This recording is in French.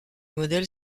modèle